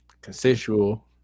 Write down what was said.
consensual